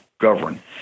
govern